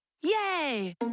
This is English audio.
yay